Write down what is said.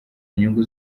nyungu